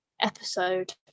episode